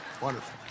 wonderful